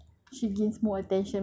so people added her